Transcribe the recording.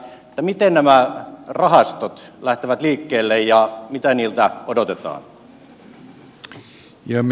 miten nämä rahastot lähtevät liikkeelle ja mitä niiltä odotetaan